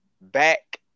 back